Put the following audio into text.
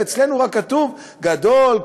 ואצלנו כתוב רק: גדול,